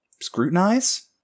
scrutinize